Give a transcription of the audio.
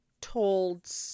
told